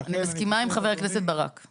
אני מסכימה עם חבר הכנסת בן ברק.